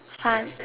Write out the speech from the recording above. fun